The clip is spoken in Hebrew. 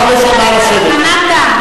אדוני היושב-ראש, זמנה תם.